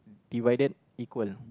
divided equal